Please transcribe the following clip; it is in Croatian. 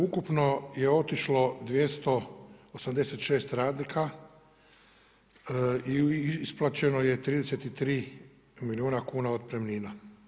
Ukupno je otišlo 286 radnika i isplaćeno je 33 milijuna kuna otpremnina.